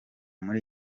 muri